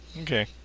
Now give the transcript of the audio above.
Okay